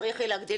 צריך יהיה להגדיל